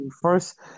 first